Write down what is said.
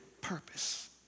purpose